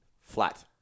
Flat